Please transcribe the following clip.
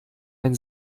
ein